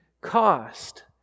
cost